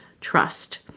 trust